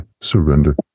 surrender